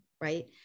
right